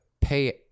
pay